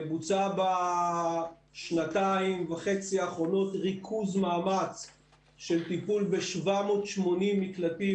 בוצע בשנתיים וחצי האחרונות ריכוז מאמץ של טיפול ב-780 מקלטים,